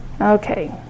okay